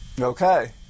Okay